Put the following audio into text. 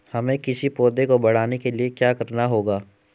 हमें किसी पौधे को बढ़ाने के लिये क्या करना होगा?